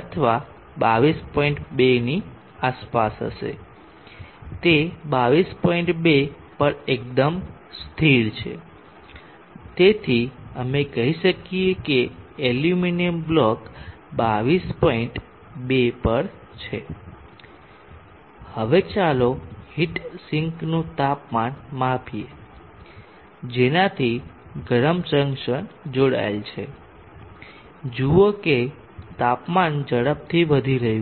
અથવા 22